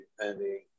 Depending